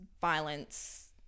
violence